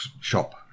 shop